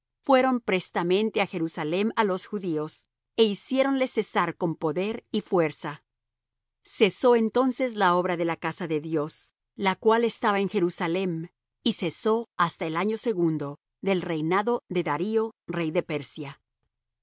fueron prestamente á jerusalem á los judíos é hiciéronles cesar con poder y fuerza cesó entonces la obra de la casa de dios la cual estaba en jerusalem y cesó hasta el año segundo del reinado de darío rey de persia